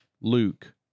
Luke